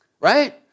right